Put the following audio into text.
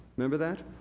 remember that?